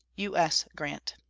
u s. grant.